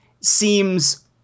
seems